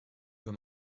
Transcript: über